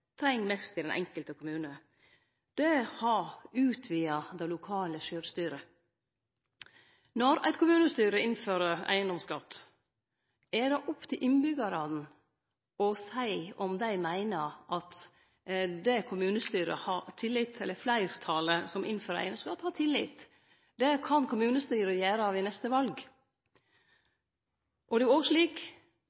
treng det mest i den enkelte kommune. Det har utvida det lokale sjølvstyret. Når eit kommunestyre innfører eigedomsskatt, er det opp til innbyggjarane å seie om dei meiner at det fleirtalet som innfører eigedomsskatt, har tillit. Det kan kommunestyret gjere ved neste val.